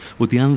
with the and